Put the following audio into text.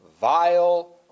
vile